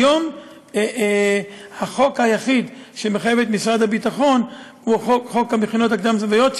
היום החוק היחיד שמחייב את משרד הביטחון הוא חוק המכינות הקדם-צבאיות,